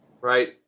right